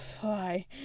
fly